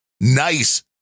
nice